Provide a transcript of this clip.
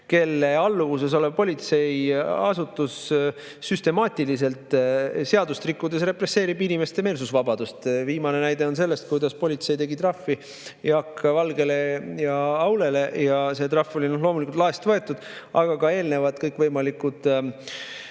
kelle alluvuses olev politseiasutus represseerib seadust rikkudes süstemaatiliselt inimeste meelsusvabadust. Viimane näide on see, kuidas politsei tegi trahvi Jaak Valgele ja Aulele, ja see trahv oli loomulikult laest võetud, aga on ka eelnevad kõikvõimalikud